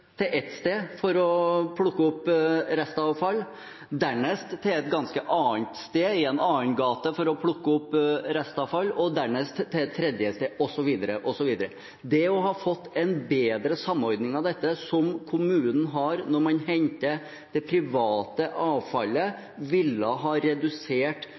til ett sted for å plukke opp restavfall, dernest til et ganske annet sted i en annen gate for å plukke opp restavfall, og dernest til et tredje sted osv. Ved å få en bedre samordning av dette, slik som kommunene har når en henter det private